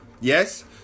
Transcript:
Yes